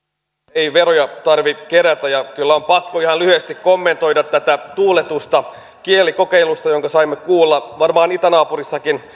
ei veroja tarvitse kerätä ja kyllä on pakko ihan lyhyesti kommentoida tätä kielikokeilun tuuletusta jonka saimme kuulla varmaan itänaapurissakin